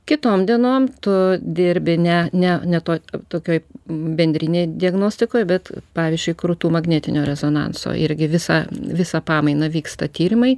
kitom dienom tu dirbi ne ne ne to tokioj bendrinėj diagnostikoj bet pavyzdžiui krūtų magnetinio rezonanso irgi visą visą pamainą vyksta tyrimai